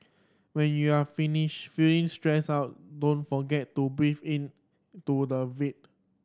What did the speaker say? when you are finish feeling stressed out don't forget to breathe into the void